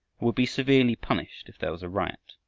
would be severely punished if there was a riot,